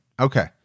Okay